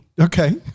Okay